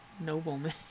nobleman